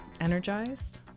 energized